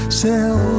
sell